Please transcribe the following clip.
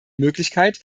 möglichkeit